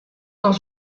dans